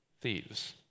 thieves